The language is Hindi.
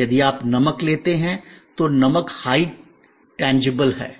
यदि आप नमक लेते हैं तो नमक हाई टेंजेबल है